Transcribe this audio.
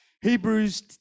Hebrews